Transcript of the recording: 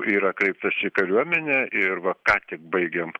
yra kreiptasi į kariuomenę ir va ką tik baigėm